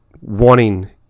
wanting